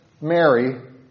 Mary